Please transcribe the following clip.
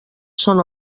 són